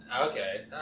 Okay